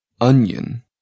onion